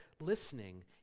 listening